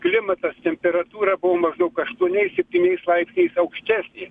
klimatas temperatūra buvo maždaug aštuoniais septyniais laipsniais aukštesnė